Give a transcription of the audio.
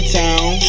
town